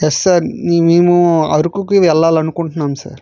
yes sir మేము అరకుకి వెళ్ళాలని అనుకుంటున్నాం సార్